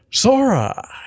Sora